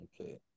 Okay